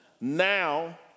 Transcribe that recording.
Now